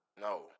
No